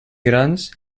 grans